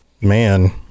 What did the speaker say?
man